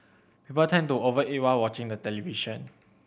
people tend to over eat while watching the television